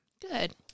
Good